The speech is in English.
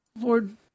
Lord